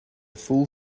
full